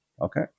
Okay